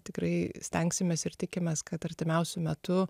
tikrai stengsimės ir tikimės kad artimiausiu metu